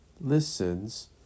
listens